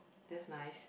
that's nice